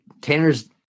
Tanner's